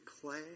clay